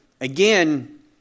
again